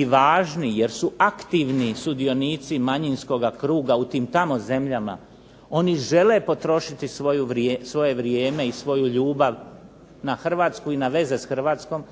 i važni jer su aktivni sudionici manjinskoga kruga u tim tamo zemljama. Oni žele potrošiti svoje vrijeme i svoju ljubav na Hrvatsku i na veze s Hrvatskom,